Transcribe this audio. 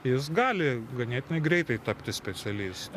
jis gali ganėtinai greitai tapti specialistu